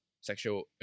sexual